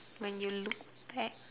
when you look back